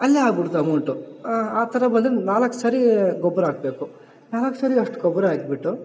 ಅಲ್ಲೆ ಆಗ್ಬಿಡ್ತು ಅಮೌಂಟು ಆ ಥರ ಬಂದರೆ ನಾಲ್ಕು ಸರಿ ಗೊಬ್ಬರ ಹಾಕ್ಬೇಕು ನಾಲ್ಕು ಸರಿ ಅಷ್ಟು ಗೊಬ್ಬರ ಹಾಕ್ಬಿಟ್ಟು